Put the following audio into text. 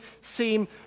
seem